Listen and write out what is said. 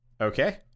Okay